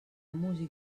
músic